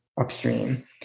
upstream